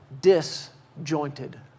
disjointed